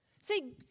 See